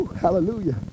hallelujah